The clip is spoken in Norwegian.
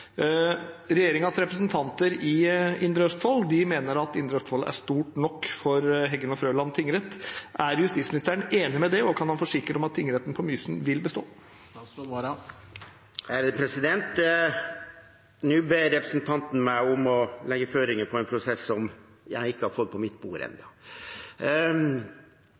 representanter i Indre Østfold mener at Indre Østfold er stort nok for Heggen og Frøland tingrett. Er justisministeren enig i det, og kan han forsikre om at tingretten på Mysen vil bestå? Nå ber representanten meg om å legge føringer for en prosess som jeg ikke har fått på mitt bord